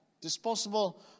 Disposable